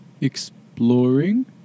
Exploring